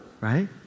right